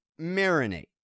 marinate